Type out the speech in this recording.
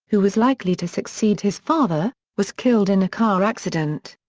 who was likely to succeed his father, was killed in a car accident.